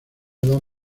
edad